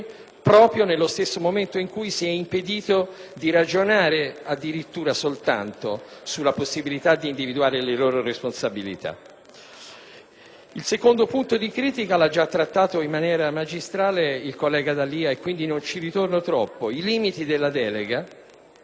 proprio nel momento in cui si è impedito invece addirittura di ragionare soltanto sulla possibilità di individuare le loro responsabilità. Il secondo punto di critica (lo ha già trattato in maniera magistrale il collega D'Alia e quindi non ci ritornerò) riguarda i limiti della delega.